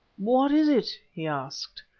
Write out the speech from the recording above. what is it? he asked.